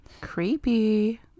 Creepy